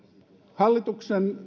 hallituksen